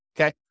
Okay